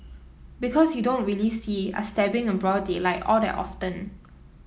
because you don't really see a stabbing in broad daylight all that often